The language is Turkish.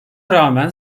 rağmen